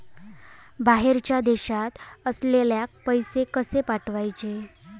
बाहेरच्या देशात असलेल्याक पैसे कसे पाठवचे?